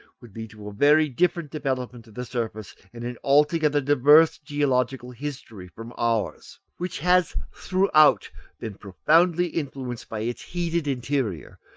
would lead to a very different development of the surface and an altogether diverse geological history from ours, which has throughout been profoundly influenced by its heated interior,